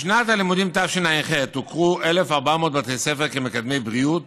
בשנת הלימודים תשע"ח הוכרו 1,400 בתי ספר כמקדמי בריאות